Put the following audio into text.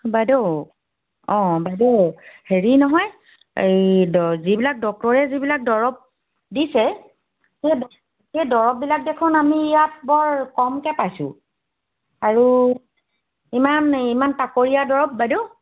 বাইদেউ অ বাইদেউ হেৰি নহয় এই যিবিলাক ডক্তৰে যিবিলাক দৰৱ দিছে সেই সেই দৰৱবিলাক দেখোন আমি ইয়াত বৰ কমকৈ পাইছোঁ আৰু ইমান ইমান তাকৰীয়া দৰৱ বাইদেউ